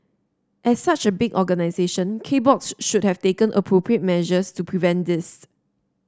as such a big organisation K Box should have taken appropriate measures to prevent this